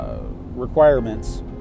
Requirements